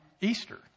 Easter